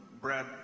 Brad